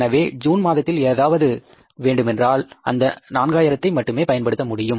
எனவே ஜூன் மாதத்தில் ஏதாவது செலுத்த வேண்டுமென்றால் அந்த 4 ஆயிரத்தை மட்டுமே பயன்படுத்த முடியும்